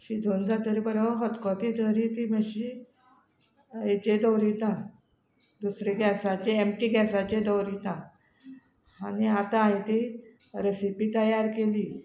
शिजोवन जातरी बरो खोतकोतो येतरी ती मातशी हेचे दवरिता दुसरे गॅसाचे एम्पटी गॅसाचेर दवरिता आनी आतां हांयें ती रेसिपी तयार केली